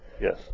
Yes